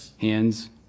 hands